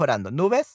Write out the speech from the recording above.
Nubes